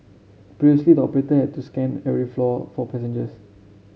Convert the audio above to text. previously the operator had to scan every floor for passengers